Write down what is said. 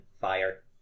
fire